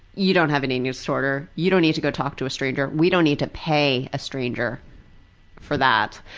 you don't have an eating disorder. you don't need to go talk to a stranger. we don't need to pay a stranger for that.